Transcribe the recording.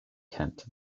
kent